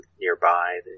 nearby